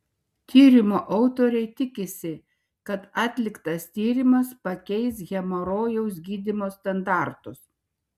tyrimo autoriai tikisi kad atliktas tyrimas pakeis hemorojaus gydymo standartus